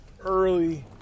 early